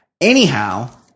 Anyhow